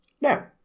Now